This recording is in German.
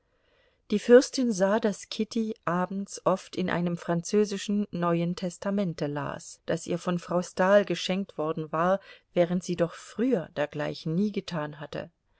die fürstin sah daß kitty abends oft in einem französischen neuen testamente las das ihr von frau stahl geschenkt worden war während sie doch früher dergleichen nie getan hatte